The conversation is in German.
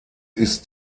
ist